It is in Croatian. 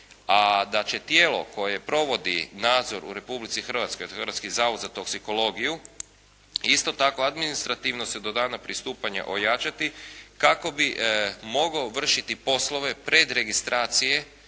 a da će tijelo koje provodi nadzor u Republici Hrvatskoj, a to je Hrvatski zavod za toksikologiju isto tako administrativno se do dana pristupanja ojačati kako bi mogao vršiti poslove predregistracije